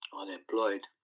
unemployed